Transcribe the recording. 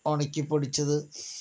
ഉണക്കിപ്പൊടിച്ചത്